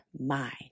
mind